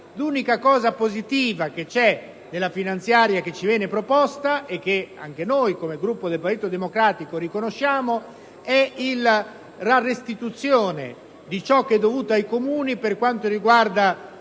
L'unico elemento positivo contenuto nella finanziaria che ci viene proposta, e che anche noi come Gruppo del Partito Democratico riconosciamo, è la restituzione di ciò che è dovuto ai Comuni per quanto riguarda